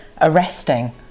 arresting